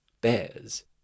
bears